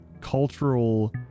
cultural